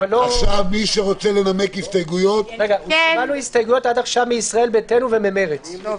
עד עכשיו קיבלנו הסתייגויות מסיעות ישראל ביתנו ומרצ.